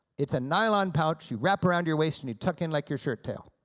it's a nylon pouch you wrap around your waist and you tuck in like your shirttail,